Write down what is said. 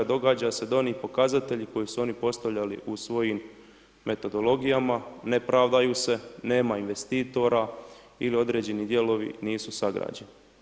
Događa se da oni pokazatelji koje su oni postavljali u svojim metodologijama ne pravdaju se, nema investitora ili određeni dijelovi nisu sagrađeni.